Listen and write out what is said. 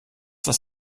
dass